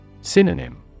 Synonym